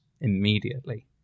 immediately